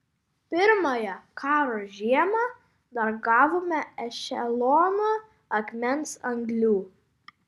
pirmąją karo žiemą dar gavome ešeloną akmens anglių